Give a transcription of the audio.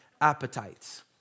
appetites